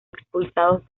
expulsados